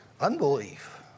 Unbelief